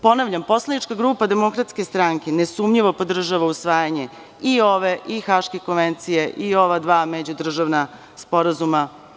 Ponavljam, poslanička grupa DS nesumnjivo podržava usvajanje i ove i Haške konvencije i ova dva međudržavna sporazuma.